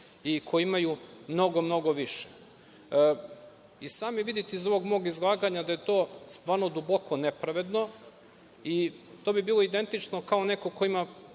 ih koji imaju i mnogo, mnogo više.I sami vidite iz ovog mog izlaganja da je to stvarno duboko nepravedno. To bi bilo identično kao neko ko ima